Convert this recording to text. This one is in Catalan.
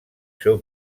seu